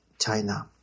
China